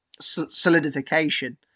solidification